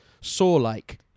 Saw-like